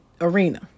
arena